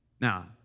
Now